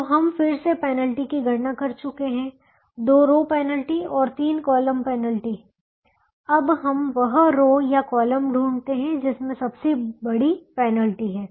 तो हम फिर से पेनल्टी की गणना कर चुके हैं दो रो पेनल्टी और 3 कॉलम पेनल्टी अब हम वह रो या कॉलम ढूंढते हैं जिसमें सबसे बड़ी पेनल्टी है